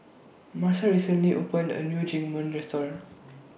Massa recently opened A New Restaurant